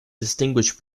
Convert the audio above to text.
distinguish